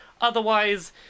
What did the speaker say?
Otherwise